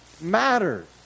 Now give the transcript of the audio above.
matters